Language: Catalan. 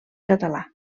català